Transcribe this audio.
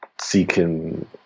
seeking